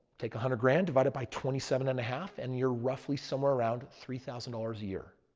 take a hundred grand, divided by twenty seven and a half and you're roughly somewhere around three thousand dollars a year.